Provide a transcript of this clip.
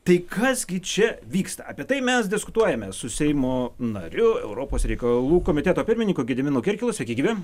tai kas gi čia vyksta apie tai mes diskutuojame su seimo nariu europos reikalų komiteto pirmininku gediminu kirkilu sveiki gyvi